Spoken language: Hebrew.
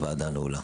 הישיבה נעולה.